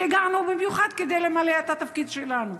הגענו במיוחד כדי למלא את התפקיד שלנו.